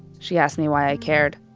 she asked me why i cared.